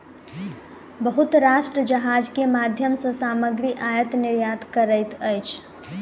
बहुत राष्ट्र जहाज के माध्यम सॅ सामग्री आयत निर्यात करैत अछि